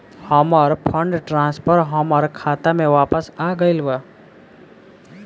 हमर fund transfer हमर खाता में वापस आ गईल बा